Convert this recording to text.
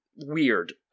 weird